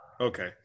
Okay